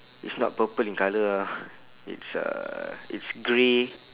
is not purple in colour ah it's uh it's grey